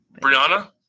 Brianna